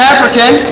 African